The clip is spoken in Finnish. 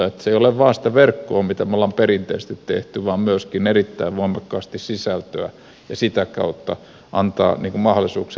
se ei ole vain sitä verkkoa mitä on perinteisesti tehty vaan myöskin erittäin voimakkaasti sisältöä ja sitä kautta mahdollisuuksia